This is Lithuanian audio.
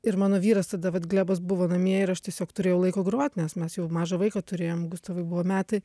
ir mano vyras tada vat glebas buvo namie ir aš tiesiog turėjau laiko grot nes mes jau mažą vaiką turėjom gustavui buvo metai